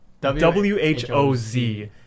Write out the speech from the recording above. w-h-o-z